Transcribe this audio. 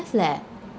leh